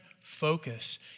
Focus